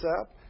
up